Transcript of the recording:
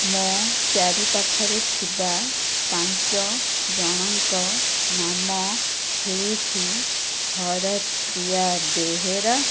ମୋ ଚାରିପାଖରେ ଥିବା ପାଞ୍ଚଜଣଙ୍କ ନାମ ହେଉଛି ହରପ୍ରିୟା ବେହେରା